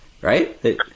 Right